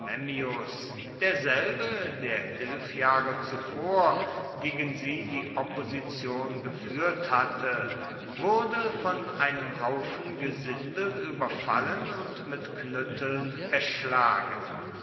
derselbe der elf jahre zuvor gegen sie die opposition geführt hatte wurde von einem haufen gesindel überfallen und mit knütteln erschlagen